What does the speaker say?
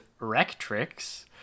Rectrix